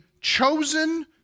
chosen